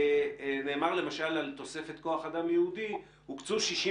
נאמר למשל על תוספת כוח אדם ייעודי שהוקצו 60